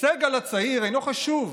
סגל הצעיר אינו חשוב,